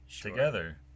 together